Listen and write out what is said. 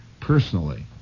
personally